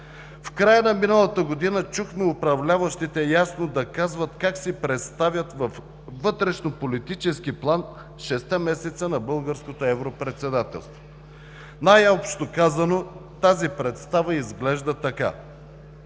В края на миналата година чухме управляващите ясно да казват как си представят във вътрешнополитически план шестте месеца на Българското европредседателство. Най-общо казано, тази представа изглежда така: